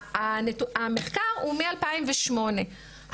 המחקר הוא מ-2008.